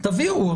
תביאו,